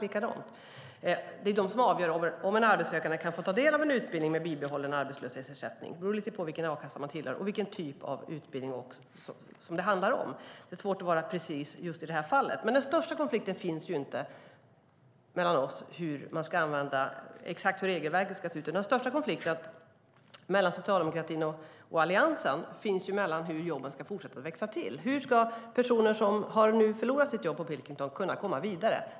Det är arbetslöshetskassorna som avgör om en arbetssökande kan få ta del av en utbildning med bibehållen arbetslöshetsersättning. Det beror lite på vilken a-kassa man tillhör och vilken typ av utbildning det handlar om. Det är svårt att vara precis i just det här fallet. Den största konflikten mellan oss gäller inte exakt hur regelverket ska se ut. Den största konflikten mellan socialdemokratin och Alliansen gäller hur jobben ska fortsätta att växa fram. Hur ska personer som nu har förlorat sina jobb på Pilkington kunna komma vidare?